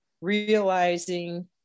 realizing